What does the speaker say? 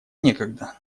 некогда